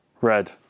Red